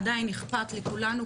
עדיין אכפת לכולנו,